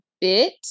bit